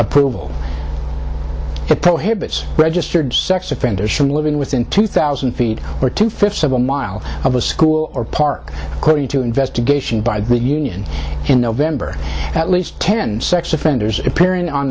approval that prohibits registered sex offenders from living within two thousand feet or two fifths of a mile of a school or park according to investigation by the union in november at least ten sex offenders appearing on